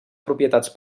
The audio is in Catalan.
propietats